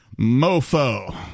MoFo